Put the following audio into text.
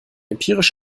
empirisch